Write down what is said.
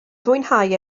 fwynhau